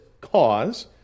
cause